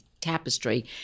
tapestry